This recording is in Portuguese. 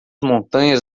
montanhas